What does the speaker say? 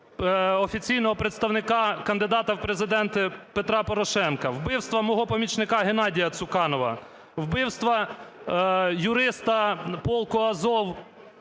офіційного представника кандидата в Президенти Петра Порошенка, вбивство мого помічника Геннадія Цуканова, вбивство юриста полку "Азов"